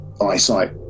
eyesight